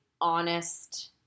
honest